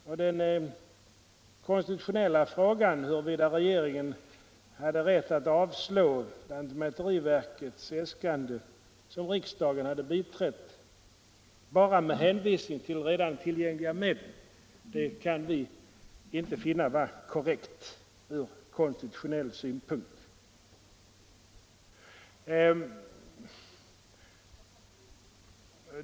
Och att regeringen skulle kunna avslå lantmäteriverkets äskande, som riksdagen hade biträtt, bara med hänvisning till redan tillgängliga medel kan vi inte finna vara korrekt ur konstitutionell synpunkt.